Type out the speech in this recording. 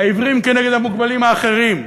העיוורים כנגד המוגבלים האחרים,